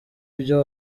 byo